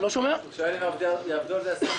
שר התחבורה והבטיחות בדרכים בצלאל סמוטריץ':